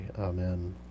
Amen